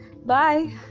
bye